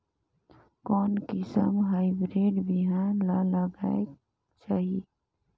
कोन किसम हाईब्रिड बिहान ला लगायेक चाही?